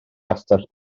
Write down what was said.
gastell